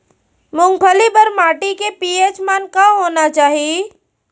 मूंगफली बर माटी के पी.एच मान का होना चाही?